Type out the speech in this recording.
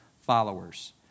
followers